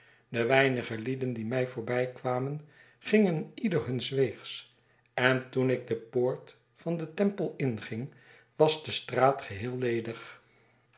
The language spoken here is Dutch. de weinige lieden die mij voorbijkwamen gingen ieder huns weegs en toen ik de poort van den temple inging was de straat geheel ledig